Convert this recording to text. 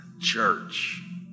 church